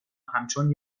همچون